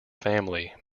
family